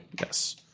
Yes